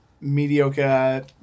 mediocre